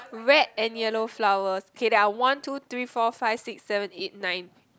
red and yellow flowers kay there are one two three four five six seven eight nine